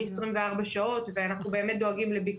יש אפשרות, גם דרך